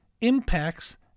Impacts